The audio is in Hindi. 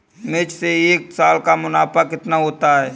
मिर्च से एक साल का मुनाफा कितना होता है?